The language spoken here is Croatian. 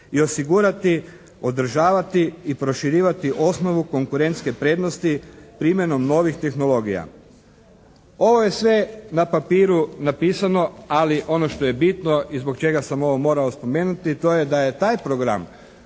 i osigurati, održavati i proširivati osnovu konkurentske prednosti primjenom novih tehnologija. Ovo je sve na papiru napisano, ali ono što je bitno i zbog čega sam ovo morao spomenuti to je da taj program